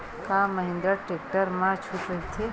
का महिंद्रा टेक्टर मा छुट राइथे?